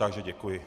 Takže děkuji.